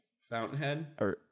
Fountainhead